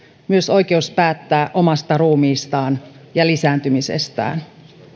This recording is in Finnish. myös oikeus päättää omasta ruumiistaan ja lisääntymisestään